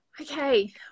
Okay